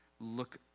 look